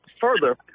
Further